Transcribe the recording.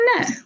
No